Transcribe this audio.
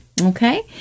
Okay